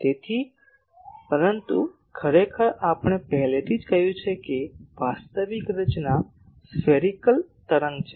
તેથી પરંતુ ખરેખર આપણે પહેલેથી જ કહ્યું છે કે વાસ્તવિક રચના સ્ફેરીકલ તરંગ છે